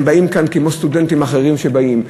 הם באים לכאן כמו סטודנטים אחרים שבאים.